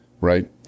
right